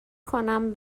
کنم